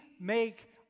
make